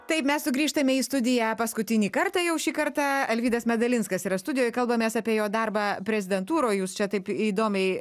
taip mes sugrįžtame į studiją paskutinį kartą jau šį kartą alvydas medalinskas yra studijoj kalbamės apie jo darbą prezidentūroj jūs čia taip įdomiai